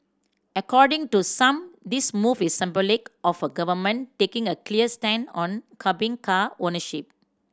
according to some this move is symbolic of a government taking a clear stand on curbing car ownership